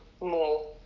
more